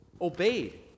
obeyed